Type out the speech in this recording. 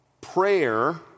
Prayer